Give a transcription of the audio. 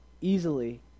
Easily